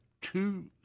two